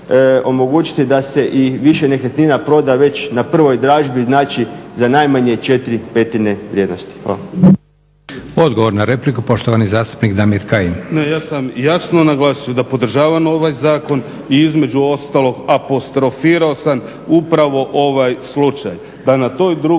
da se i više nekretnina proda već na prvoj dražbi znači za najmanje 4/5 vrijednosti. Hvala. **Leko, Josip (SDP)** Odgovor na repliku, poštovani zastupnik Damir Kajin. **Kajin, Damir (Nezavisni)** Ja sam jasno naglasio da podržavam ovaj zakon i između ostalog apostrofirao sam upravo ovaj slučaj da na toj drugoj